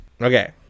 Okay